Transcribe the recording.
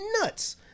nuts